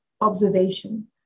observation